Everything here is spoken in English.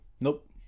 Nope